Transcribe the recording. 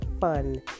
fun